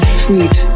sweet